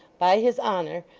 by his honour,